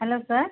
hello sir